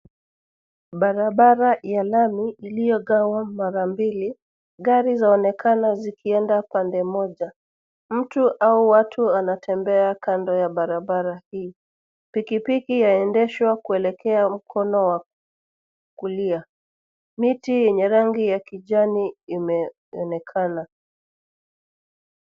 Barabara ya lami iliogawa mara mbili. Gari zaonekana zikieda pande moja. Mtu au watu wanatembea kando ya barabara hii. Pikipiki yaedeshwa kuelekea mkono wa kulia. Miti yenye rangi ya kijani imeonekana.